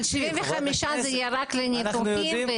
אבל 75 זה יהיה רק לניתוחים.